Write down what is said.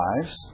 lives